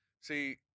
See